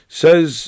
says